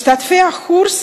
משתתפי הקורס